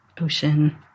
ocean